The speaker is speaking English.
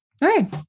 right